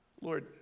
Lord